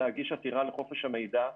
להגיש עתירה לחופש המידע.